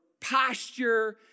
posture